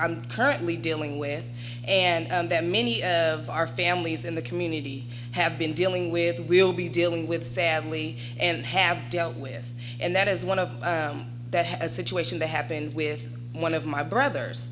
i'm currently dealing with and then many of our families in the community have been dealing with we'll be dealing with family and have dealt with and that is one of that has a situation that happened with one of my brothers